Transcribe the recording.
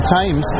times